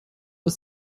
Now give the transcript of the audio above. ist